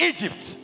Egypt